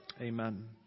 Amen